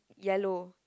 yellow